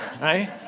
right